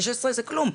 16 זה כלום.